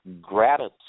gratitude